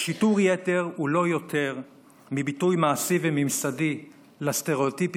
שיטור-יתר הוא לא יותר מביטוי מעשי וממסדי לסטריאוטיפים